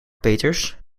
peeters